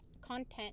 content